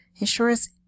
Ensures